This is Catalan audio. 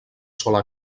sola